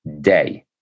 day